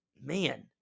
man